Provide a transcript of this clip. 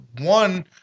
one